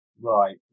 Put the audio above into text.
right